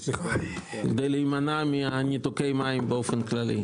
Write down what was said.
הצמצום, כדי להימנע מניתוקי מים באופן כללי.